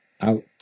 out